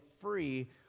free